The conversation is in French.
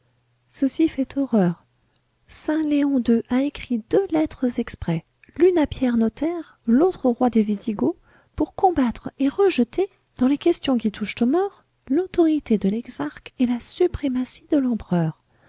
ceci fait horreur saint léon ii a écrit deux lettres exprès l'une à pierre notaire l'autre au roi des visigoths pour combattre et rejeter dans les questions qui touchent aux morts l'autorité de l'exarque et la suprématie de l'empereur